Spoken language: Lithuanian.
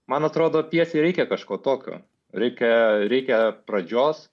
man atrodo pjesei reikia kažko tokio reikia reikia pradžios